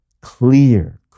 Clear